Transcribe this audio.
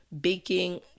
baking